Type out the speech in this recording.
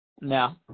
No